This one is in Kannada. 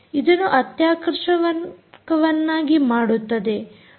ಅದನ್ನು ಅತ್ಯಾಕರ್ಷಕವನ್ನಾಗಿ ಮಾಡುತ್ತದೆ